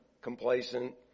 complacent